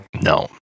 No